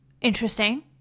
Interesting